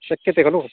शक्यते खलु